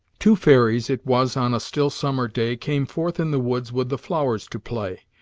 two fairies it was on a still summer day came forth in the woods with the flowers to play.